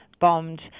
bombed